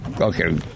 Okay